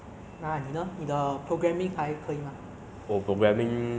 然后我觉得我这个 semester 应该会考的很差